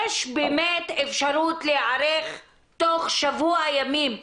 יש באמת אפשרות להיערך תוך שבוע ימים,